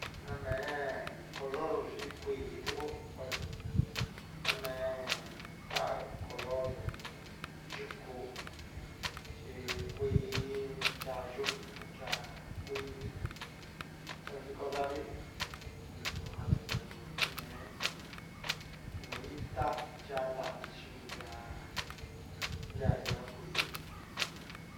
Name color yii kuii bueno name ká color yuku chí kui ya yun ya'a kuii vikón ndavii nujan tu namen ihá, yuno itá ya'á ndavii xhí ya'á, yá ña'a kuii.